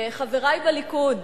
חברי בליכוד,